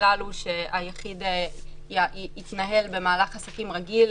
הכלל הוא שהיחיד יתנהל במהלך עסקים רגיל